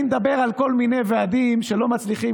אני מדבר על כל מיני ועדים שלא מצליחים